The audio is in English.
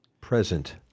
Present